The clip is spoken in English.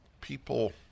people